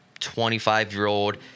25-year-old